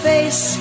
Face